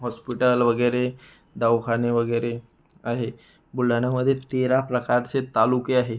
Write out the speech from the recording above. hospital वगैरे दवाखाने वगैरे आहे बुलढाण्यामध्ये तेरा प्रकारचे तालुके आहे